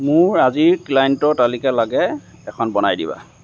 মোৰ আজিৰ ক্লাইণ্টৰ তালিকা লাগে এখন বনাই দিবা